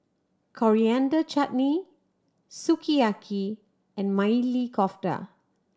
Coriander Chutney Sukiyaki and Maili Kofta